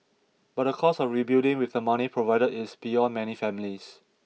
but the cost of rebuilding with the money provided is beyond many families